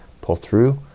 pull through,